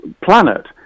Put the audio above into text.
planet